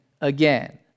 again